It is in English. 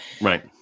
right